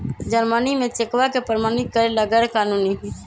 Germany में चेकवा के प्रमाणित करे ला गैर कानूनी हई